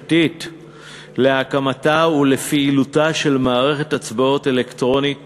התשתית המשפטית להקמתה ולפעילותה של מערכת הצבעות אלקטרונית